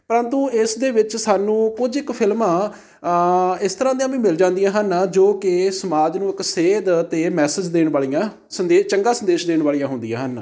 ਪਰੰਤੂ ਇਸ ਦੇ ਵਿੱਚ ਸਾਨੂੰ ਕੁਝ ਕੁ ਫਿਲਮਾਂ ਇਸ ਤਰ੍ਹਾਂ ਦੀਆਂ ਵੀ ਮਿਲ ਜਾਂਦੀਆਂ ਹਨ ਜੋ ਕਿ ਸਮਾਜ ਨੂੰ ਇੱਕ ਸੇਧ ਅਤੇ ਮੈਸੇਜ ਦੇਣ ਵਾਲੀਆਂ ਸੰਦੇ ਚੰਗਾ ਸੰਦੇਸ਼ ਦੇਣ ਵਾਲੀਆਂ ਹੁੰਦੀਆਂ ਹਨ